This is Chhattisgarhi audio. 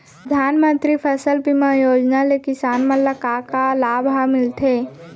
परधानमंतरी फसल बीमा योजना ले किसान मन ला का का लाभ ह मिलथे?